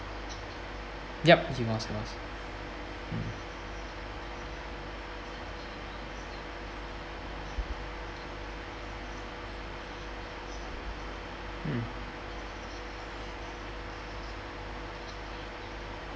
yup he was he was mm mm